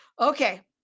Okay